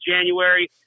January